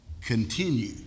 continue